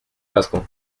casco